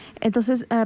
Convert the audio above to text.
Entonces